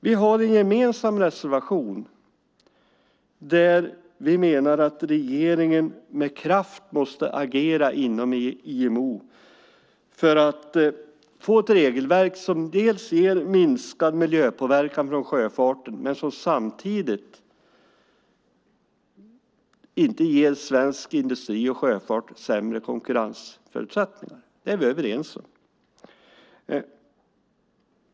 Vi har en gemensam reservation där vi menar att regeringen med kraft måste agera inom IMO för att få ett regelverk som dels ger minskad miljöpåverkan från sjöfarten, dels inte ger svensk industri och sjöfart sämre konkurrensförutsättningar. Det är vi överens om.